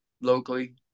locally